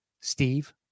Steve